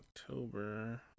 October